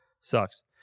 sucks